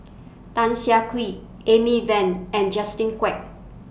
Tan Siah Kwee Amy Van and Justin Quek